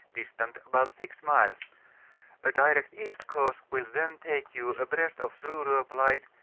distant about six miles a direct east course will then take you abreast of surop light,